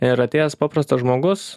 ir atėjęs paprastas žmogus